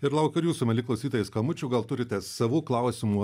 ir laukiu ir jūsų mieli klausytojai skambučių gal turite savų klausimų